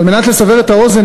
על מנת לסבר את האוזן,